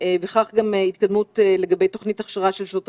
כך גם ההתקדמות לגבי תוכנית הכשרה של שוטר